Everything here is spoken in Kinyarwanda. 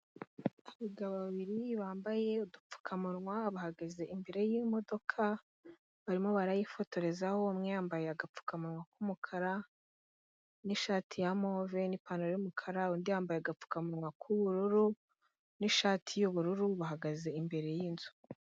Abagabo babiri bambaye udupfukamunwa bahagaze imbere yimodoka, barimo barayifotorezaho umwe yambaye agapfukamunwa k'umukara n'ishati ya move n'ipantaro y'umukara, undi yambaye agapfukamunwa k'ubururu n'ishati y'ubururu bahagaze imbere y'inzu.